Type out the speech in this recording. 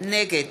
נגד